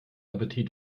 appetit